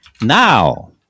Now